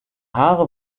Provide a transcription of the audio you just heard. haare